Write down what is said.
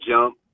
jump